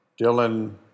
Dylan